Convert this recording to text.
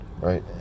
right